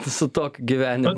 su tokiu gyvenimu